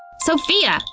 sophia!